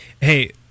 hey